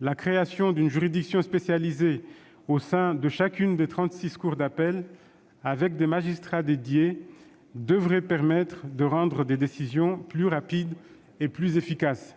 la création d'une juridiction spécialisée au sein de chacune des trente-six cours d'appel, avec des magistrats dédiés, devrait permettre de rendre des décisions plus rapides et plus efficaces.